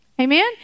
Amen